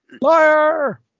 Liar